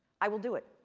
i will do it.